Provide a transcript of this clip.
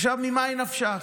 עכשיו, ממה נפשך?